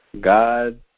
God